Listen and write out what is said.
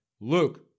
Luke